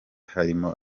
harimo